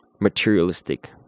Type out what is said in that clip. materialistic